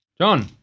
John